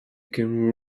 can